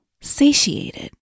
satiated